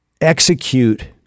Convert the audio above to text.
execute